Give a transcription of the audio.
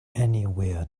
anywhere